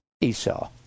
Esau